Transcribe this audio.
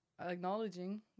acknowledging